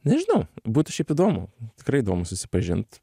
nežinau būtų šiaip įdomu tikrai įdomu susipažint